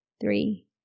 three